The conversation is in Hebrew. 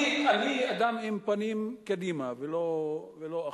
אני אדם עם הפנים קדימה ולא אחורה.